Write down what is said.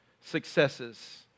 successes